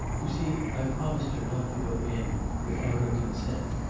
you see, i promised her not to go in without her consent.